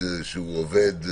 עובד,